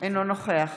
אינו נוכח